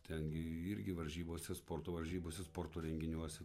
ten gi irgi varžybose sporto varžybose sporto renginiuose